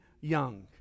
young